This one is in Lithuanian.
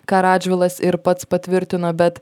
ką radžvilas ir pats patvirtino bet